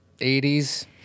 80s